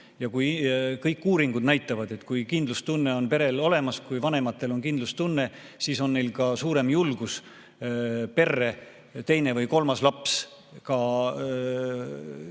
Kõik uuringud näitavad, et kui kindlustunne on perel olemas, kui vanematel on kindlustunne, siis on neil ka suurem julgus perre teine või kolmas laps